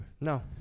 no